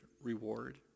reward